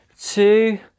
two